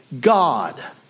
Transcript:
God